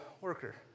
worker